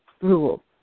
rule